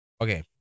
okay